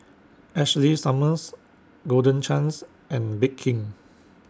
Ashley Summers Golden Chance and Bake King